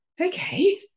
okay